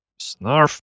Snarf